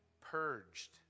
purged